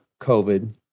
COVID